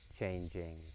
changing